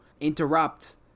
interrupt